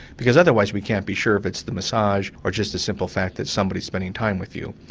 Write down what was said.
because otherwise we can't be sure if it's the massage or just the simple fact that somebody's spending time with you.